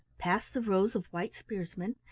past the rows of white spearsmen,